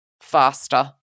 faster